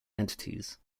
entities